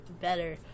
better